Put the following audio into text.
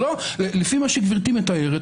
לפי מה שגברתי מתארת,